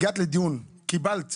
הגעת לדיון וקיבלת